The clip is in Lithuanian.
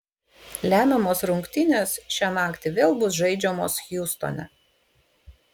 lemiamos rungtynės šią naktį vėl bus žaidžiamos hjustone